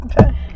Okay